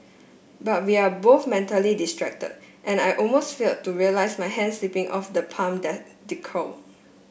but we are both mentally distracted and I almost fail to realise my hand slipping off the palm decal